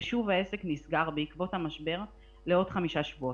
ושוב העסק נסגר בעקבות המשבר לעוד חמישה שבועות.